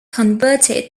converted